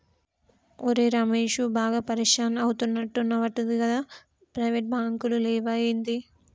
ఒరే రమేశూ, బాగా పరిషాన్ అయితున్నవటగదా, ప్రైవేటు బాంకులు లేవా ఏంది